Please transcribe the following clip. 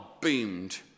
beamed